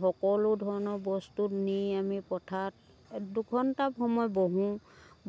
সকলো ধৰণৰ বস্তু নি আমি পথাৰত দুঘণ্টা সময় বহোঁ